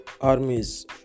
armies